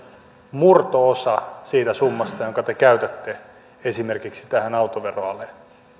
murto osa siitä summasta jonka te käytätte esimerkiksi tähän autoveroaleen